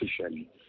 officially